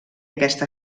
aquest